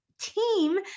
team